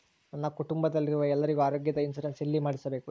ನನ್ನ ಕುಟುಂಬದಲ್ಲಿರುವ ಎಲ್ಲರಿಗೂ ಆರೋಗ್ಯದ ಇನ್ಶೂರೆನ್ಸ್ ಎಲ್ಲಿ ಮಾಡಿಸಬೇಕು?